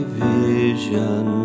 vision